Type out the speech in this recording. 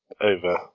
over